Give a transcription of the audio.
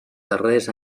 darrers